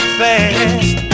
fast